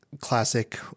classic